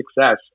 success